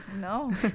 no